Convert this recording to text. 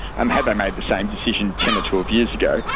um had they made the same decision ten or twelve years ago,